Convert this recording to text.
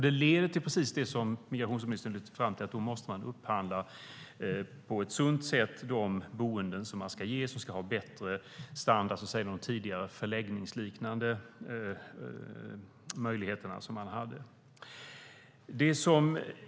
Det leder till det som migrationsministern lyfte fram, att då måste man på ett sunt sätt upphandla boenden som ska ha en bättre standard än förläggningarna tidigare.